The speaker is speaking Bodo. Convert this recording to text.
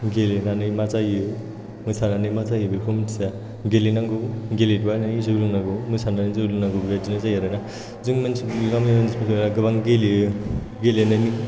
गेलेनानै मा जायो मोसानानै मा जायो बेफोरखौ मिन्थिया गेलेनांगौ गेलेनानै जौ लोंनांगौ मोसानानै जौ लोंनांगौ बेबायदिनो जायो आरोना जोंनि मानसिफोरा गामिनि मानसिफोरा गोबां गेलेयो गेलेनायनि